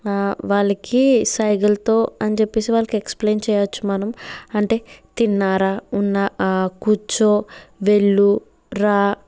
వాళ్ళకి సైగలతో అని చెప్పేసి వాళ్ళకి ఎక్స్ప్లెయిన్ చేయచ్చు మనం అంటే తిన్నార ఉన్నా కూర్చో వెళ్ళు రా